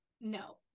no